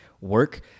work